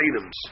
items